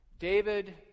David